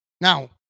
Now